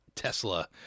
Tesla